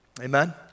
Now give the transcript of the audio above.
Amen